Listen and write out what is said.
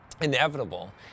Inevitable